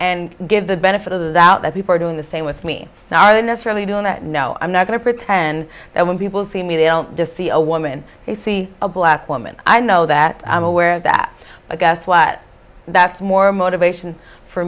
and give the benefit of the doubt that people are doing the same with me now are they necessarily doing that now i'm not going to pretend that when people see me they don't just see a woman they see a black woman i know that i'm aware of that i guess what that's more motivation for